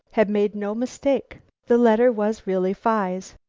had made no mistake the letter was really phi's.